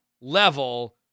level